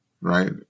right